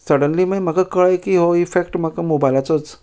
suddenly my म्हाका कळें की हो इफॅक्ट म्हाका मोबायलाचोच